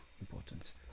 important